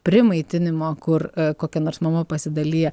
primaitinimo kur kokia nors mama pasidalija